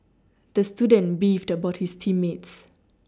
the student beefed about his team mates